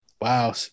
Wow